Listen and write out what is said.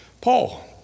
Paul